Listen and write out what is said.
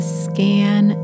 scan